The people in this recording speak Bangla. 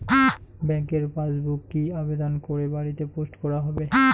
ব্যাংকের পাসবুক কি আবেদন করে বাড়িতে পোস্ট করা হবে?